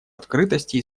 открытости